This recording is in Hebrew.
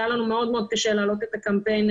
היה לנו מאוד מאוד קשה להעלות את הקמפיין,